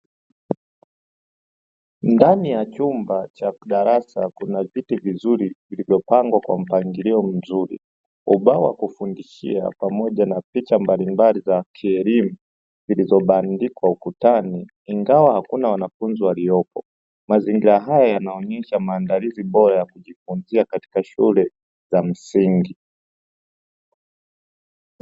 Ndani ya chumba cha darasa, kuna viti vizuri vilivyopangwa kwa mpangilio mzuri, ubao wa kufundishia pamoja na picha mbalimbali za kielimu zilizobandikwa ukutani, ingawa hakuna wanafunzi waliopo. Mazingira haya yanaonyesha maandalizi bora ya kujifunzia katika shule za msingi.